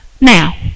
now